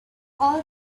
all